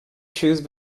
choose